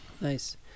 Nice